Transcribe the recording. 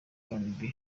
rnb